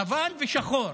לבן ושחור,